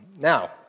Now